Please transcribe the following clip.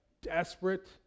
desperate